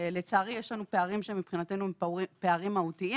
לצערי יש לנו פערים שמבחינתנו הם פערים מהותיים